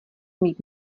mít